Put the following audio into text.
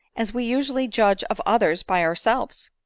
as we usually judge of others by ourselves.